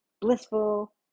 blissful